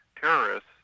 terrorists